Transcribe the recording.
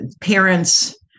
parents